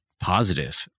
positive